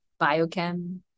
biochem